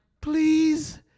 please